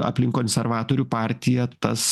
aplink konservatorių partiją tas